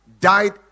died